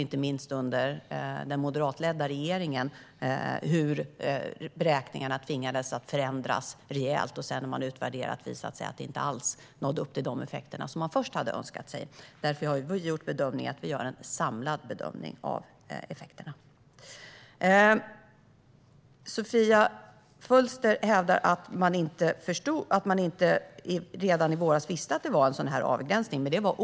Inte minst under den moderatledda regeringens tid såg vi hur man tvingades förändra beräkningarna rejält. När man sedan utvärderade detta visade det sig att det inte alls nådde upp till de effekter som man först hade önskat sig. Därför gör vi nu en samlad bedömning av effekterna. Sofia Fölster hävdar att man inte visste att det var en sådan avgränsning redan i våras.